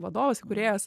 vadovas įkūrėjas